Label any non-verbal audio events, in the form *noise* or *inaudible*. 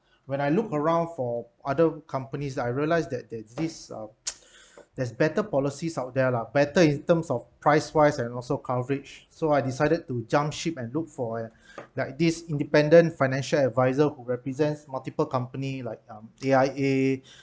when I look around for other companies that I realized that that there's this uh *noise* there's better policies out there lah better in terms of price wise and also coverage so I decided to jump ship and look for like this independent financial adviser who represents multiple company like um A_I_A